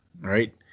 right